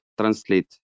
translate